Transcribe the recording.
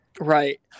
Right